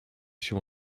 się